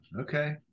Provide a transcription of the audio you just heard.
okay